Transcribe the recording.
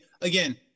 again